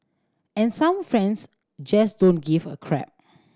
and some friends just don't give a crap